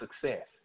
success